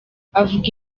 avuga